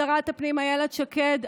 שרת הפנים אילת שקד,